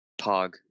pog